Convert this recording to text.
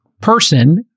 person